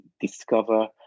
discover